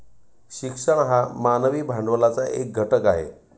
शिक्षण हा मानवी भांडवलाचा एक घटक आहे